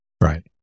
Right